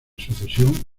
sucesión